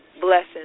blessings